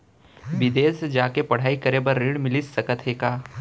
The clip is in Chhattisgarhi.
बिदेस जाके पढ़ई करे बर ऋण मिलिस सकत हे का?